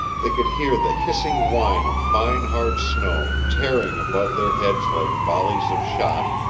they could hear the hissing whine of fine hard snow tearing above their heads like volleys of shot,